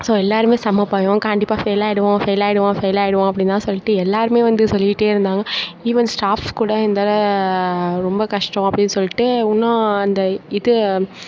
so எல்லாேருமே செம பயம் கண்டிப்பாக ஃபெயிலாகிடுவோம் ஃபெயிலாகிடுவோம் ஃபெயிலாகிடுவோம் அப்படின்னு தான் சொல்லிகிட்டு எல்லாேருமே வந்து சொல்லிகிட்டே இருந்தாங்க ஈவன் ஸ்டாஃப்ஸ் கூட இந்தா ரொம்ப கஷ்டம் அப்படின்னு சொல்லிட்டு இன்னும் அந்த இது